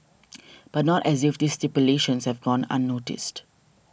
but not as if this stipulations have gone unnoticed